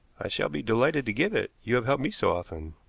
i shall be delighted to give it, you have helped me so often.